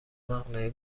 مقنعه